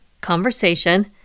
conversation